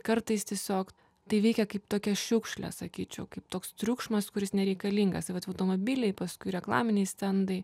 kartais tiesiog tai veikia kaip tokia šiukšlė sakyčiau kaip toks triukšmas kuris nereikalingas tai vat automobiliai paskui reklaminiai stendai